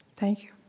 thank you.